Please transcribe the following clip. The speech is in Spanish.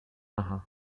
vacuno